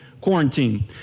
quarantine